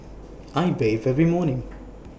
I bathe every morning